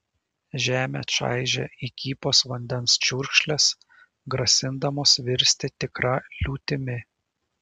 žemę čaižė įkypos vandens čiurkšlės grasindamos virsti tikra liūtimi